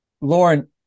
Lauren